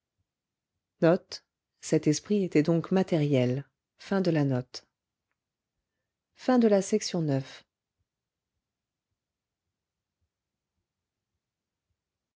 cet esprit était donc matériel